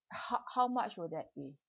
h~ how much will that be